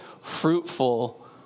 fruitful